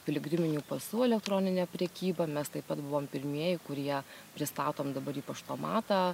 piligriminių pasų elektronine prekyba mes taip pat buvom pirmieji kurie pristatom dabar į paštomatą